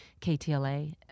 KTLA